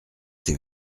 ses